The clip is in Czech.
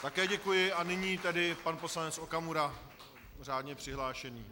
Také děkuji, a nyní tedy pan poslanec Okamura řádně přihlášený.